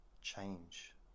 change